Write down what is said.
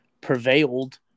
prevailed